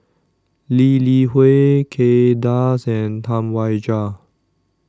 Lee Li Hui Kay Das and Tam Wai Jia